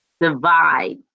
divide